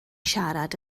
siarad